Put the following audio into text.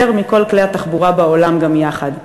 יותר מכל כלי התחבורה בעולם גם יחד.